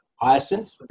Hyacinth